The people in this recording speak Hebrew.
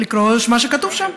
מה שכתוב שם: